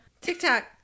TikTok